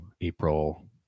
April